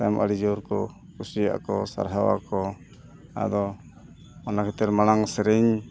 ᱛᱟᱢ ᱟᱹᱰᱤ ᱡᱳᱨ ᱠᱚ ᱠᱩᱥᱤᱭᱟᱜ ᱟᱠᱚ ᱥᱟᱨᱦᱟᱣ ᱟᱠᱚ ᱟᱫᱚ ᱚᱱᱟ ᱠᱷᱟᱹᱛᱤᱨ ᱢᱟᱲᱟᱝ ᱥᱮᱨᱮᱧ